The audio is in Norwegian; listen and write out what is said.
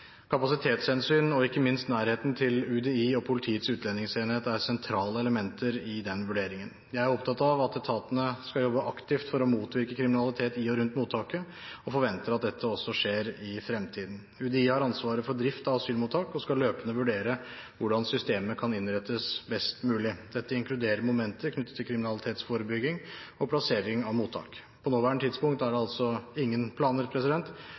Kapasitetshensyn og ikke minst nærheten til UDI og Politiets utlendingsenhet er sentrale elementer i den vurderingen. Jeg er opptatt av at etatene skal jobbe aktivt for å motvirke kriminalitet i og rundt mottaket, og forventer at dette også skjer i fremtiden. UDI har ansvaret for driften av asylmottak og skal løpende vurdere hvordan systemet kan innrettes best mulig. Dette inkluderer momenter knyttet til kriminalitetsforebygging og plassering av mottak. På det nåværende tidspunkt er det altså ingen planer